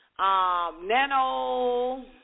Nano